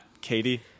Katie